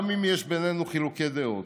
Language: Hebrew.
גם אם יש בינינו חילוקי דעות,